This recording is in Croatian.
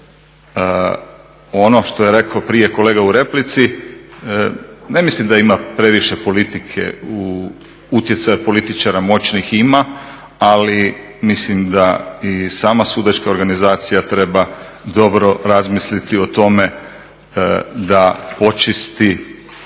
Ono što je rekao prije kolega u replici ne mislim da ima previše politike, utjecaja političara moćnih ima ali mislim da i sama sudačka organizacija treba dobro razmisliti o tome da počisti one